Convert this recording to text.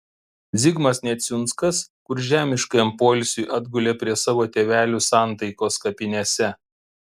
zigmas neciunskas kur žemiškajam poilsiui atgulė prie savo tėvelių santaikos kapinėse